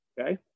okay